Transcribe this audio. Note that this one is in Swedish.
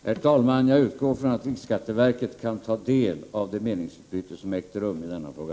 Herr talman! Jag utgår från att riksskatteverket kan ta del av det meningsutbyte som ägt rum i denna fråga.